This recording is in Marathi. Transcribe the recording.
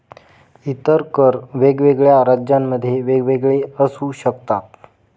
इतर कर वेगवेगळ्या राज्यांमध्ये वेगवेगळे असू शकतात